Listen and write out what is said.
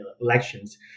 elections